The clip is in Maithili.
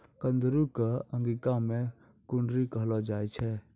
कुंदरू कॅ अंगिका मॅ कुनरी कहलो जाय छै